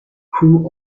who